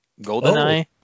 Goldeneye